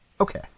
Okay